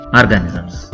organisms